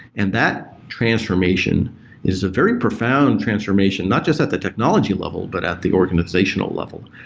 and that transformation is a very profound transformation not just at the technology level, but at the organization level.